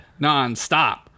nonstop